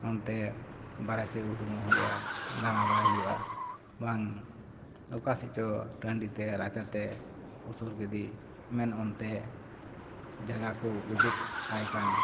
ᱚᱱᱛᱮ ᱵᱟᱦᱨᱮ ᱥᱮᱱ ᱩᱰᱩᱝᱚᱜ ᱦᱩᱭᱩᱜᱼᱟ ᱫᱟᱬᱟ ᱵᱟᱲᱟᱭ ᱦᱩᱭᱩᱜᱼᱟ ᱵᱟᱝ ᱚᱠᱟᱥᱮᱪ ᱪᱚ ᱴᱟᱺᱰᱤᱛᱮ ᱨᱟᱪᱟᱛᱮ ᱩᱥᱩᱨ ᱠᱮᱫᱮ ᱢᱮᱱ ᱚᱱᱛᱮ ᱡᱟᱜᱟᱠᱚ ᱩᱫᱩᱜᱟᱭ ᱠᱷᱟᱱ